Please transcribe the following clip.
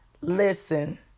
Listen